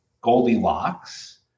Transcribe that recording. Goldilocks